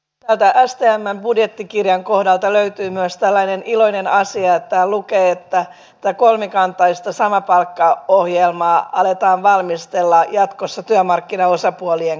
täältä budjettikirjasta stmn kohdalta löytyy myös tällainen iloinen asia että täällä lukee että tätä kolmikantaista samapalkkaohjelmaa aletaan valmistella jatkossa työmarkkinaosapuolien kanssa